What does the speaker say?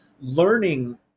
learning